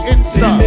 Insta